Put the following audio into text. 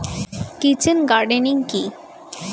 Kitchen gardening কি?